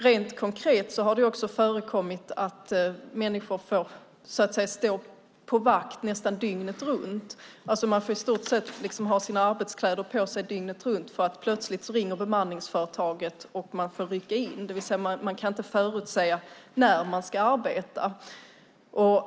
Det har också förekommit att människor får stå på pass nästan dygnet runt. Man får ha sina arbetskläder på sig i stort sett dygnet runt eftersom bemanningsföretaget plötsligt kan ringa och man får rycka in. Man kan inte förutsäga när man ska arbeta.